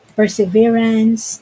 perseverance